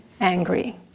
angry